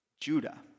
Judah